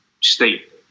state